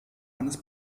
eines